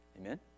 Amen